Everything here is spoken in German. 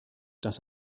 dass